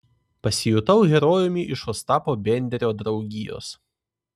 pasijutau herojumi iš ostapo benderio draugijos